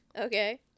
okay